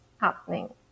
happening